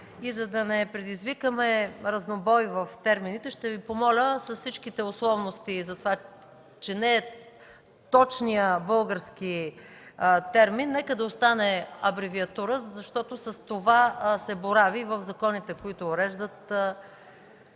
За да не предизвикаме разнобой в термините, ще Ви помоля с всички условности, че това не е точният български термин, нека да остане „абревиатурата”, защото с това се борави в законите, които уреждат